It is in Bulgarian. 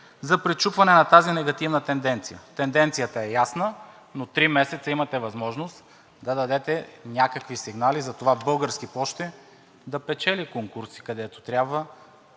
за пречупване на тази негативна тенденция? Тенденцията е ясна, но три месеца имахте възможност да дадете някакви сигнали за това „Български пощи“ да печели конкурси, където трябва,